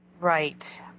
right